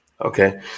Okay